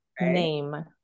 Name